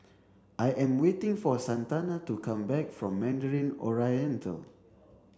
I am waiting for Santana to come back from Mandarin Oriental